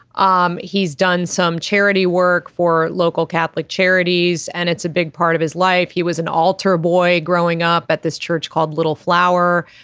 um he's done some charity work for local catholic charities. and it's a big part of his life. he was an altar boy growing up at this church called little flower